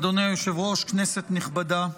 אדוני היושב-ראש, כנסת נכבדה,